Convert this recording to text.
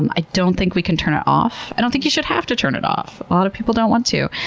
and i don't think we can turn it off. i don't think you should have to turn it off. a lot of people don't want to,